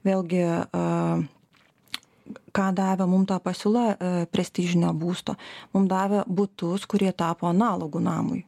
vėlgi a ką davė mum ta pasiūla prestižinio būsto mum davė butus kurie tapo analogų namui